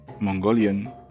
Mongolian